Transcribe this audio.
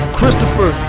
Christopher